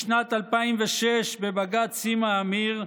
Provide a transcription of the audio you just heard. בשנת 2006, בבג"ץ סימה אמיר,